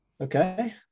Okay